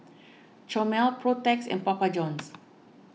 Chomel Protex and Papa Johns